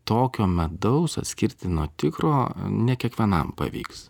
tokio medaus atskirti nuo tikro nekiekvienam pavyks